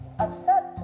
upset